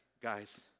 guys